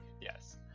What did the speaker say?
Yes